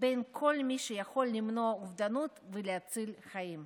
בין כל מי שיכול למנוע אובדנות ולהציל חיים.